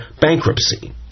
bankruptcy